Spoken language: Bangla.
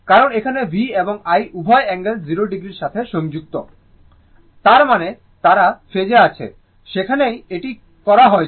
কারণ এখানে V এবং I উভয়ই অ্যাঙ্গেল 0o এর সাথে যুক্ত তার মানে তারা ফেজে আছে সেখানেই এটি করা হয়েছে